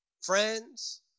friends